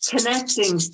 Connecting